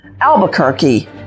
Albuquerque